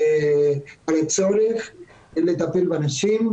על הצורך לטפל באנשים,